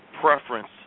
preference